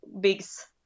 bigs